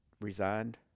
resigned